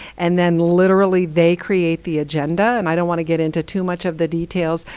and then literally they create the agenda. and i don't want to get into too much of the details,